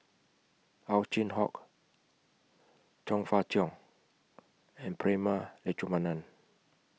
Ow Chin Hock Chong Fah Cheong and Prema Letchumanan